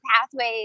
pathways